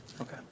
Okay